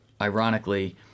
ironically